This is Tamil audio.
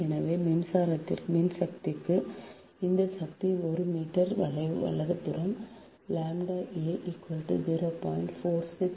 எனவே மின்சக்திக்கு இந்த சக்தி 1 மீ வலதுபுறம் ʎ a 0